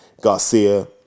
Garcia